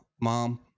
Mom